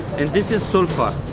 and this is sulfur,